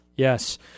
Yes